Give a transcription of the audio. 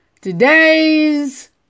Today's